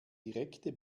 direkte